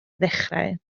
ddechrau